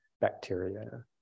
bacteria